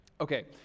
Okay